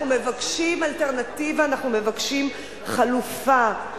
אנחנו מבקשים אלטרנטיבה, אנחנו מבקשים חלופה.